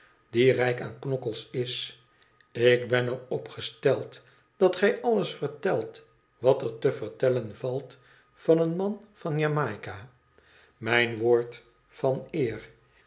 die rijk aan knokkels is ik ben er op gesteld dat gij alles vertelt wat er te vertellen valt van den man van jamaica mijn woord van eer